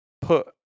put